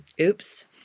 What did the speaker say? oops